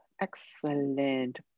excellent